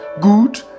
good